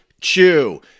Chew